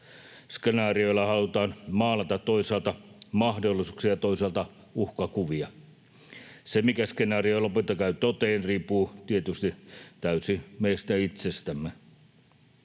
Skenaarioilla halutaan maalata toisaalta mahdollisuuksia ja toisaalta uhkakuvia. Se, mikä skenaario lopulta käy toteen, riippuu tietysti täysin meistä itsestämme.